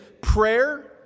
Prayer